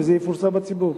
וזה יפורסם בציבור?